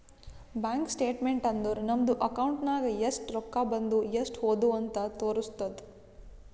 bank statement ಅಂದುರ್ ನಮ್ದು account ನಾಗ್ ಎಸ್ಟ್ ರೊಕ್ಕಾ ಬಂದು ಎಸ್ಟ್ ಹೋದು ಅಂತ್ ತೋರುಸ್ತುದ್